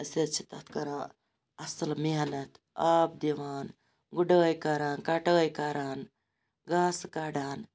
أسۍ حظ چھِ تَتھ کَران اَصل محنَت آب دِوان گُڑٲے کَران کَٹٲے کَران گاسہٕ کَڑان